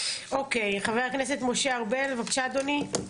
חבר הכנסת משה ארבל, בקשה אדוני.